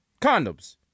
condoms